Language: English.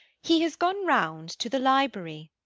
he has gone round to the library.